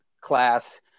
class